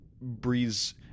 Breeze